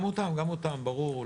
גם אותם, ברור.